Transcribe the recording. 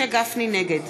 נגד